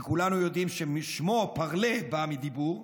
שכולנו יודעים ששמו, parler, בא מדיבור,